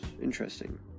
Interesting